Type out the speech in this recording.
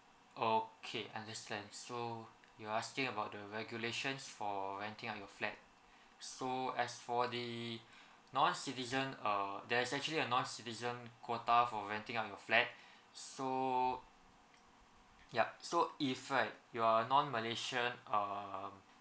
okay understand so you're asking about the regulations for renting out your flat so as for the non citizen uh there's actually a non citizen quota for renting out your flat so yup so if right you're non malaysian um